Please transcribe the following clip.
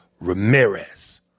Ramirez